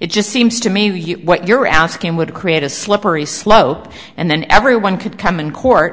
it just seems to me what you're asking would create a slippery slope and then everyone could come in court